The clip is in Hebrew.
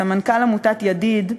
סמנכ"ל עמותת "ידיד",